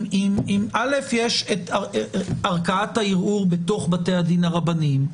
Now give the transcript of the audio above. א', יש את ערכאת הערעור בתוך בתי הדין הרבניים.